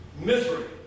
Misery